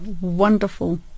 wonderful